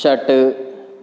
षट्